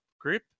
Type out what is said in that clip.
Group